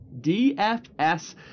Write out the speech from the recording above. DFS